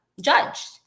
judged